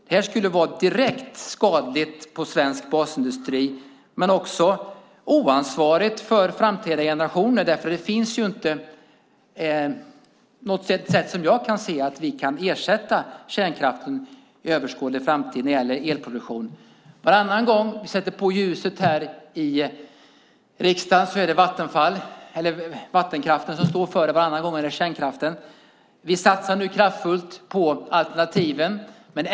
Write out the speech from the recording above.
Det skulle vara direkt skadligt för svensk basindustri och också oansvarigt gentemot framtida generationer eftersom det inte, såvitt jag kan se, finns något sätt att under en överskådlig tid ersätta kärnkraften när det gäller elproduktionen. Varannan gång vi sätter på ljuset här i riksdagen är det vattenkraften som står för energin, och varannan gång är det kärnkraften. Vi satsar nu kraftfullt på alternativen.